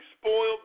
spoiled